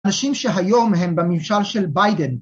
‫אנשים שהיום הם בממשל של ביידן.